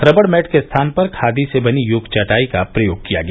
रबड़ मैट के स्थान पर खादी से बनी योग चटाई का प्रयोग किया गया